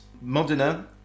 Modena